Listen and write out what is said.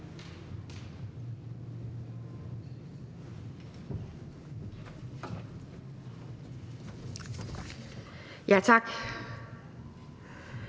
Ja, tak